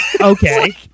Okay